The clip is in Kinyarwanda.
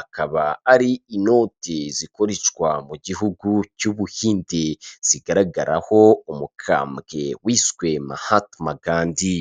akaba ari inoti zikoreshwa mu gihugu cy'u Buhinde zigaragaraho umukambwe wiswe Mahatimagandhi.